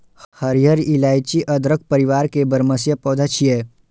हरियर इलाइची अदरक परिवार के बरमसिया पौधा छियै